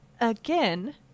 again